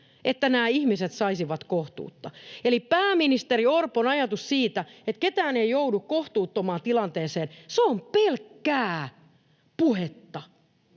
että nämä ihmiset saisivat kohtuutta. Eli pääministeri Orpon ajatus siitä, että kukaan ei joudu kohtuuttomaan tilanteeseen, se on pelkkää puhetta.